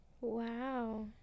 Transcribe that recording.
Wow